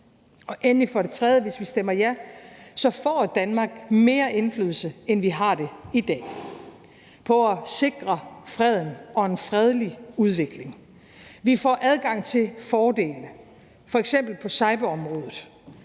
vil jeg for det tredje sige: Hvis vi stemmer ja, får Danmark mere indflydelse, end vi har i dag, på at sikre freden og en fredelig udvikling. Vi får adgang til fordele f.eks. på cyberområdet,